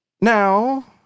Now